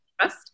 trust